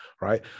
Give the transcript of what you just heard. right